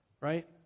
Right